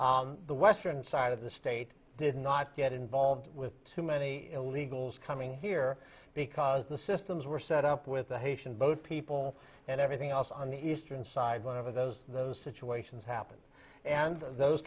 the western side of the state did not get involved with too many illegals coming here because the systems were set up with the haitian boat people and everything else on the eastern side one of those those situations happen and those